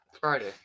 Friday